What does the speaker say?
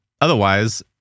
Otherwise